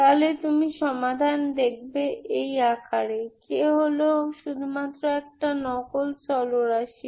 তাহলে তুমি সমাধান দেখবে এই আকারে y2x AJnxlog x x nk0dkxk k হল শুধুমাত্র একটি নকল চলরাশি